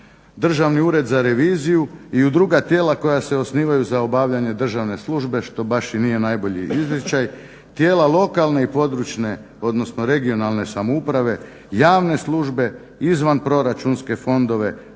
Državni ured za reviziju i u druga tijela koja se osnivaju za obavljanje državne službe što baš i nije najbolji izričaj. Tijela lokalne i područne, odnosno regionalne samouprave, javne službe, izvanproračunske fondove,